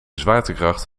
zwaartekracht